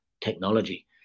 technology